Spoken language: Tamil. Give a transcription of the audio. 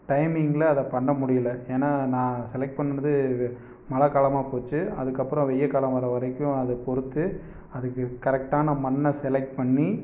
டைமிங்கில் அதை பண்ண முடியல ஏன்னால் நான் செலக்ட் பண்ணினது மழை காலமாக போச்சு அதுக்கப்புறம் வெய்ய காலம் வர வரைக்கும் அதை பொறுத்து அதுக்கு கரெக்டான மண்ணை செலக்ட் பண்ணி